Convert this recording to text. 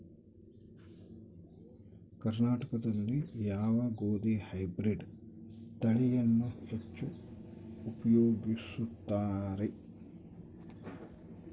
ಕರ್ನಾಟಕದಲ್ಲಿ ಯಾವ ಗೋಧಿಯ ಹೈಬ್ರಿಡ್ ತಳಿಯನ್ನು ಹೆಚ್ಚು ಉಪಯೋಗಿಸುತ್ತಾರೆ?